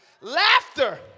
laughter